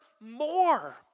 more